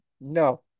no